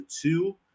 two